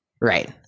Right